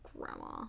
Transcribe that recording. grandma